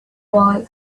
boy